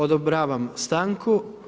Odobravam stanku.